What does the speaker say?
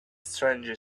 stranger